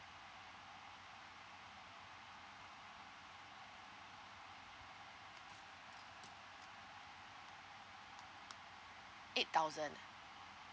eight thousand